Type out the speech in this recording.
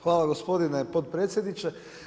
Hvala gospodine potpredsjedniče.